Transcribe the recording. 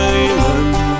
island